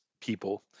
people